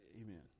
Amen